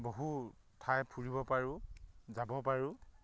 বহু ঠাই ফুৰিব পাৰোঁ যাব পাৰোঁ